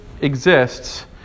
exists